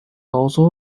also